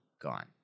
Gone